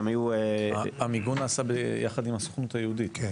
המיגון נעשה יחד עם הסוכנות היהודית.